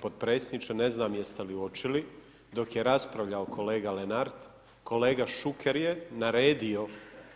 Poštovani podpredsjedniče ne znam jeste li uočili dok je raspravljao kolega Lenart, kolega Šuker je naredio